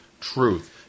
truth